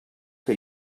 que